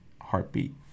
heartbeat